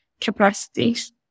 capacities